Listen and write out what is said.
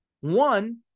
one